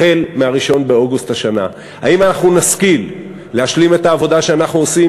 החל ב-1 באוגוסט השנה: האם אנחנו נשכיל להשלים את העבודה שאנחנו עושים